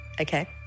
Okay